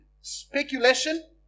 speculation